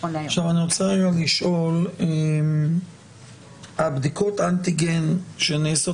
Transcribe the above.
אני רוצה לשאול: בדיקות אנטיגן שנעשות